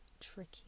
tricky